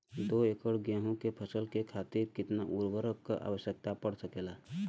दो एकड़ गेहूँ के फसल के खातीर कितना उर्वरक क आवश्यकता पड़ सकेल?